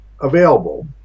available